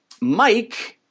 Mike